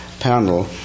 panel